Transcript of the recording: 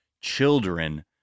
children